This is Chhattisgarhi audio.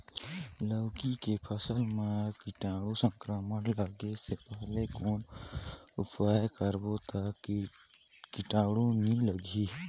लौकी के फसल मां कीटाणु संक्रमण लगे से पहले कौन उपाय करबो ता कीटाणु नी लगही?